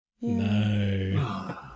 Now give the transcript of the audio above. no